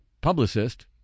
publicist